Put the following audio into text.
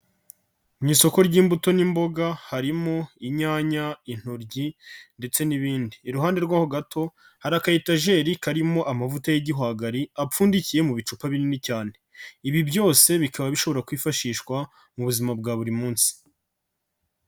Mu isoko ry'imbuto n'imboga harimo inyanya, intoryi ndetse n'ibindi. Iruhande rw'aho gato hari akayetajeri karimo amavuta y'igihwagari apfundikiye mu bicupa binini cyane. Ibi byose bikaba bishobora kwifashishwa mu buzima bwa buri munsi.